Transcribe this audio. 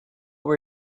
were